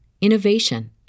innovation